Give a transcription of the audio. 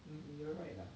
um um you're right lah